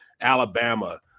Alabama